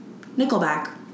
nickelback